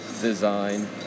design